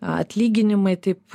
atlyginimai taip